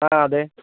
ആ അതെ